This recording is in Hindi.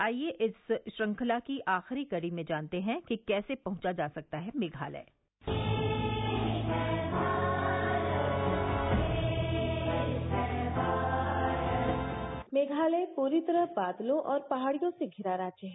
आइए आज इस श्रेंखला की आखिरी कड़ी में जानते हैं कि कैसे पहुंचा जा सकता है मेघालय मेघालय प्ररी तरह बादलों और पहाड़ियों से घिरा राज्य है